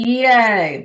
yay